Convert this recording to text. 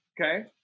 Okay